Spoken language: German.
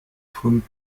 von